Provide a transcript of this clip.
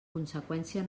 conseqüència